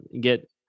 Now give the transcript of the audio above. get